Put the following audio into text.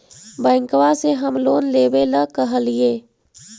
बैंकवा से हम लोन लेवेल कहलिऐ?